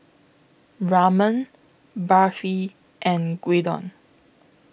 Ramen Barfi and Gyudon